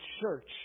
church